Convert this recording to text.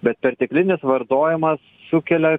bet perteklinis vartojimas sukelia